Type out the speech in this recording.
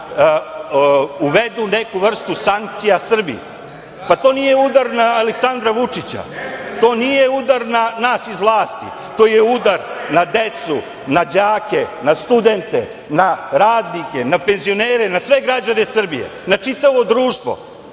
uvedu neku vrstu sankcija Srbiji. Pa, to nije udar na Aleksandra Vučića, to nije udar na nas iz vlasti, to je udar na decu, na đake, na studente, na radnike, na penzionere, na sve građane Srbije, na čitavo društvo.